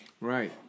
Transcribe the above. Right